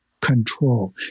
control